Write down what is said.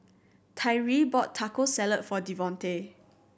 Tyree bought Taco Salad for Devonte